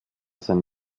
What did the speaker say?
sein